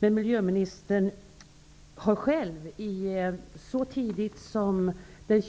Men miljöministern har själv så tidigt som den